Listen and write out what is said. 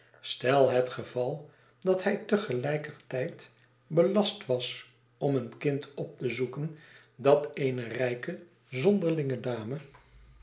stel het geval dat hij te gelijker tijd belast was om een kind op te zoeken dat eene rijke zonderlinge dame